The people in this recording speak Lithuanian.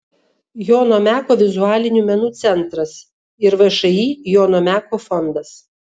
jono meko vizualinių menų centras ir všį jono meko fondas